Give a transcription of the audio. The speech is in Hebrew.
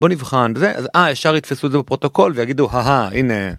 בוא נבחן זה אז אה אישר ימצאו אצ זה בפרוטוקול ויגידו האה הנה.